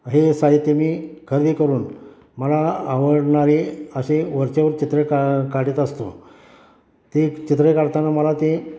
हे साहित्य मी खरेदी करून मला आवडणारे असे वरचेवर चित्र का काढत असतो ते चित्र काढताना मला ते